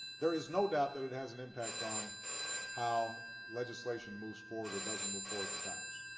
there is no doubt that it has an impact on how legislation moves forward, or doesn't move forward in congress.